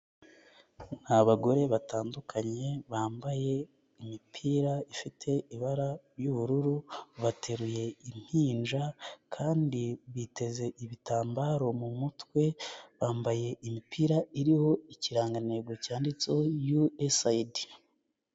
Abagore batandukanye bambaye imipira ifite ibara ry'ubururu, bateruye impinja kandi biteze ibitambaro mu mutwe, bambaye imipira iriho ikirangantego cyanditseho USAID.